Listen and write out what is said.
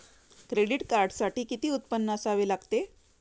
Credit कार्डसाठी किती उत्पन्न असावे लागते?